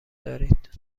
دارید